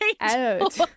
Out